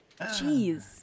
Jeez